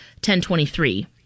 1023